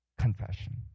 confession